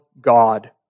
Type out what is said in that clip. God